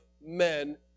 men